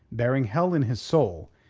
bearing hell in his soul,